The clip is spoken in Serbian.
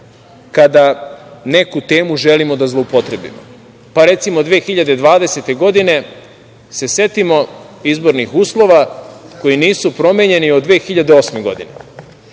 kada neku temu želimo da zloupotrebimo. Pa, recimo 2020. godine se setimo izbornih uslova koji nisu promenjeni od 2008. godine.